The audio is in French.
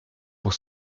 pour